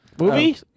Movie